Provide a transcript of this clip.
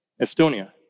Estonia